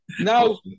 now